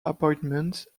appointment